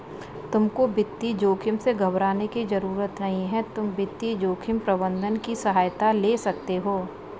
तुमको वित्तीय जोखिम से घबराने की जरूरत नहीं है, तुम वित्तीय जोखिम प्रबंधन की सहायता ले सकते हो